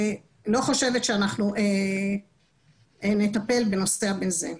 אני לא חושבת שאנחנו נטפל בנושא ה-בנזן.